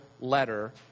letter